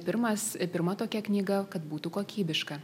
pirmas pirma tokia knyga kad būtų kokybiška